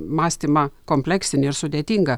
mąstymą kompleksinį ir sudėtingą